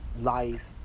life